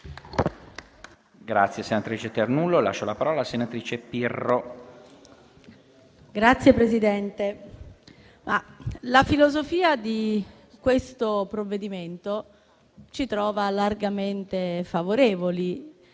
la filosofia di questo provvedimento ci trova largamente favorevoli.